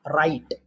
right